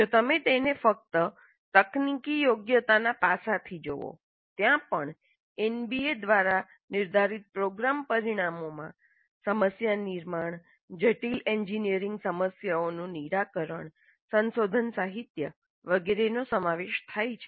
જો તમે તેને ફક્ત તકનીકી યોગ્યતાના પાસાથી જુઓ ત્યાં પણ એનબીએ દ્વારા નિર્ધારિત પ્રોગ્રામ પરિણામોમાં સમસ્યા નિર્માણ જટિલ એન્જિનિયરિંગ સમસ્યાઓનું નિરાકરણ સંશોધન સાહિત્ય વગેરેનો સમાવેશ થાય છે